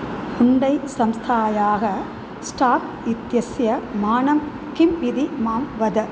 Hyundai संस्थायाः stock इत्यस्य मानं किम् इति मां वद